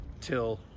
till